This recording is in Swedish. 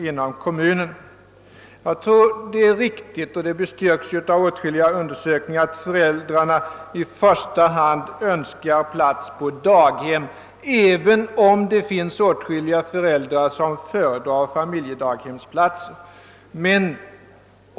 Jag tror också det är riktigt — och detta förhållande har ju bestyrkts av åtskilliga undersökningar — att föräldrarna: i första hand önskar plats på daghem, även om det finns åtskilliga föräldrar som föredrar plats på familjedaghem.